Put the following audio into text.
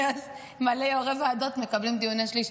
ואז מלא יו"רי ועדות מקבלים דיוני שליש,